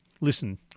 listen